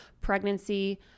pregnancy